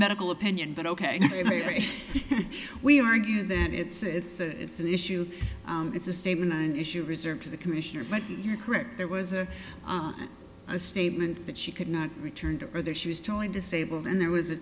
medical opinion but ok we argue that it's a it's a it's an issue it's a statement an issue reserved for the commissioner but you're correct there was a statement that she could not return to her that she was totally disabled and there was a